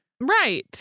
right